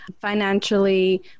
financially